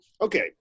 okay